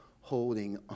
holding